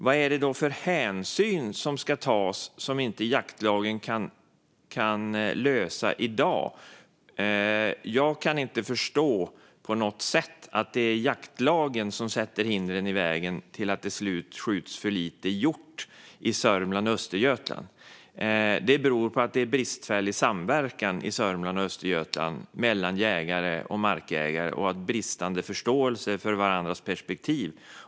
Vad är det för hänsyn som ska tas som jaktlagen inte tar i dag? Jag kan inte se att jaktlagen sätter hinder i vägen så att det skjuts för få hjortar i Sörmland och Östergötland. Det beror i stället på bristfällig samverkan i Sörmland och Östergötland mellan jägare och markägare och bristande förståelse för varandras perspektiv.